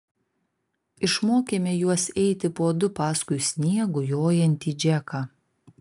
išmokėme juos eiti po du paskui sniegu jojantį džeką